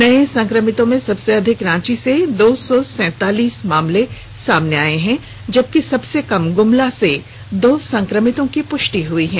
नए संक्रमितों में सबसे अधिक रांची से दो सौ सैंतालीस मामले सामने आए हैं जबकि सबसे कम गुमला से दो संक्रमितों की पुष्टि हुई है